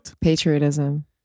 Patriotism